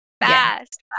fast